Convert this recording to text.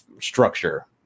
structure